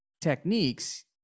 techniques